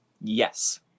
Yes